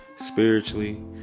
Spiritually